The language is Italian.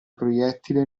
proiettile